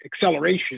acceleration